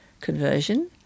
conversion